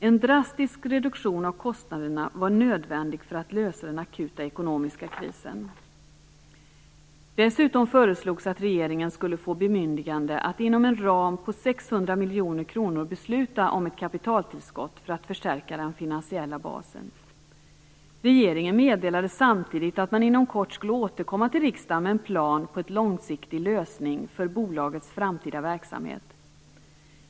En drastisk reduktion av kostnaderna var nödvändig för att lösa den akuta ekonomiska krisen. Dessutom föreslogs att regeringen skulle få bemyndigande att inom en ram på 600 miljoner kronor besluta om ett kapitaltillskott för att förstärka den finansiella basen. Regeringen meddelade samtidigt att man inom kort skulle återkomma till riksdagen med en plan på en långsiktig lösning för bolagets framtida verksamhet.